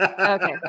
Okay